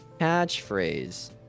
Catchphrase